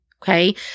Okay